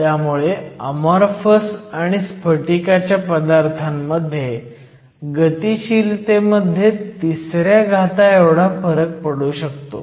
त्यामुळे अमॉरफस आणि स्फटिकाच्या पदार्थांमध्ये गतीशीलतेमध्ये तिसऱ्या घाता एवढा फरक पडू शकतो